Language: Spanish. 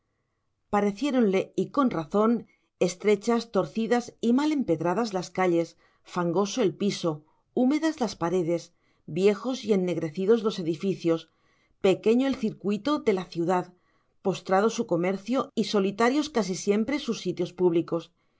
exagerada pareciéronle y con razón estrechas torcidas y mal empedradas las calles fangoso el piso húmedas las paredes viejos y ennegrecidos los edificios pequeño el circuito de la ciudad postrado su comercio y solitarios casi siempre sus sitios públicos